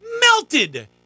Melted